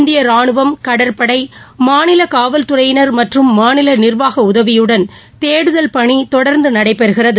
இந்தியராணுவம் கடற்படை மாநிலகாவல் துறையினா் மற்றும் மாநிலநிா்வாகஉதவியுடன் தேடுதல் பணிதொடர்ந்துநடைபெறுகிறது